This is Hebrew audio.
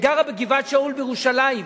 שגרה בגבעת-שאול בירושלים,